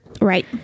Right